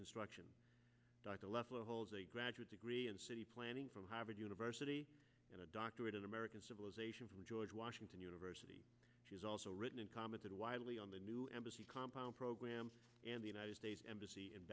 construction dr leslie holds a graduate degree in city planning from harvard university and a doctorate in american civilization from george washington university has also written and commented widely on the new embassy compound program and the united states embassy in